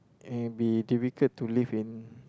and be difficult to live in